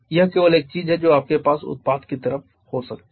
यह केवल एक चीज है जो आपके पास उत्पाद की तरफ हो सकती है